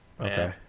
Okay